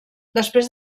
després